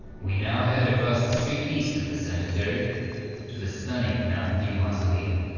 we now head across the street east of the cemetery to the stunning mountain view mausoleum.